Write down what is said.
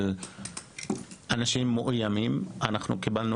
של אנשים מאוימים שמתוך הפחד בו הם